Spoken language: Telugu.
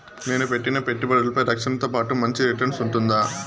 నేను పెట్టిన పెట్టుబడులపై రక్షణతో పాటు మంచి రిటర్న్స్ ఉంటుందా?